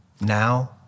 now